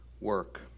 work